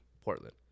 portland